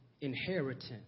inheritance